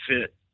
fit